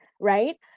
right